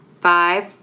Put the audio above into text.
Five